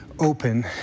open